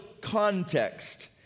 context